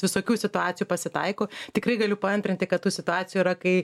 visokių situacijų pasitaiko tikrai galiu paantrinti kad tų situacijų yra kai